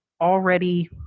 already